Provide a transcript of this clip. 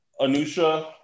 Anusha